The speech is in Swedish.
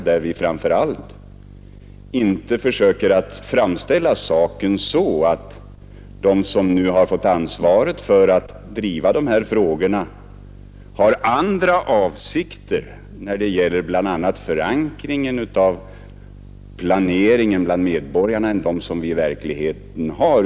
Framför allt skall man inte försöka framställa saken så, att de som nu har fått ansvaret för att driva de här frågorna har andra avsikter när det gäller bl.a. förankringen bland medborgarna av planeringen än de som vi i verkligheten har.